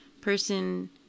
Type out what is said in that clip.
person